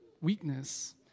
weakness